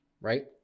right